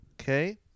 okay